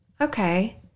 okay